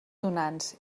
donants